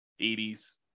80s